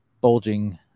bulging